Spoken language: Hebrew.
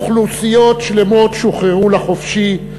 אוכלוסיות שלמות שוחררו לחופשי,